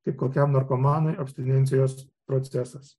kaip kokiam narkomanui abstinencijos procesas